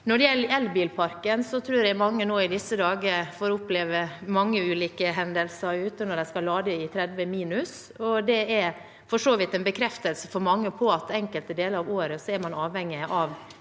Når det gjelder elbilparken, tror jeg mange i disse dager får oppleve mange ulike hendelser ute når de skal lade i 30 minusgrader. Det er for så vidt en bekreftelse for mange på at enkelte deler av året er man avhengig av